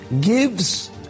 gives